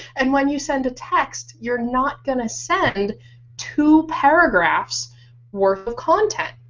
and when you send a text you're not going to send two paragraphs worth of content.